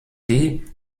die